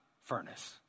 furnace